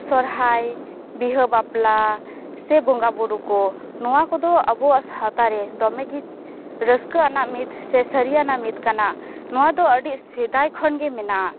ᱥᱚᱨᱦᱟᱭ ᱵᱤᱦᱟᱹ ᱵᱟᱯᱞᱟ ᱥᱮ ᱵᱚᱸᱜᱟ ᱵᱳᱨᱳ ᱠᱚ ᱱᱚᱣᱟ ᱠᱚᱫᱚ ᱟᱵᱚᱣᱟᱜ ᱥᱟᱶᱛᱟ ᱨᱮ ᱫᱚᱢᱮᱜᱮ ᱨᱟᱹᱥᱠᱟᱹᱣᱟᱱᱟᱜ ᱢᱤᱫ ᱥᱮ ᱥᱟᱨᱤᱭᱟᱱᱟᱜ ᱢᱤᱫ ᱠᱟᱱᱟ ᱱᱚᱣᱟ ᱫᱚ ᱟᱹᱰᱤ ᱥᱮᱫᱟᱭ ᱠᱷᱚᱱ ᱜᱮ ᱢᱮᱱᱟᱜᱼᱟ